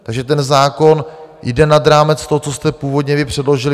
Takže ten zákon jde nad rámec toho, co jste původně vy předložili.